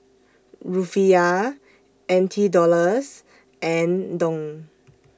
Rufiyaa N T Dollars and Dong